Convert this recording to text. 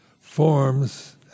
forms